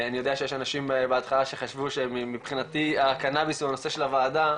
אני יודע שיש אנשים שבהתחלה חשבו שמבחינתי הקנביס הוא הנושא של הוועדה,